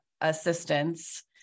assistance